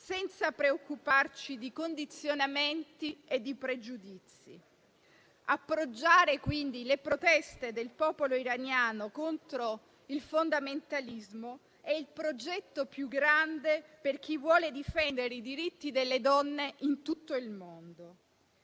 senza preoccuparci di condizionamenti e di pregiudizi. Appoggiare quindi le proteste del popolo iraniano contro il fondamentalismo è il progetto più grande per chi vuole difendere i diritti delle donne in tutto il mondo.